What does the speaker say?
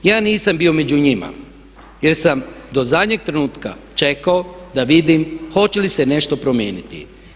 Ja nisam bio među njima jer sam do zadnjeg trenutka čekao da vidim hoće li se nešto promijeniti.